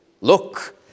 look